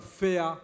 fair